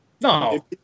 No